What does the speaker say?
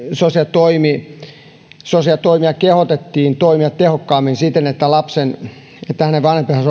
sosiaalitoimea kehotettiin toimimaan tehokkaammin siten että lapsen ja hänen vanhempiensa oikeudet